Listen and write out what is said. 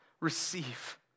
receive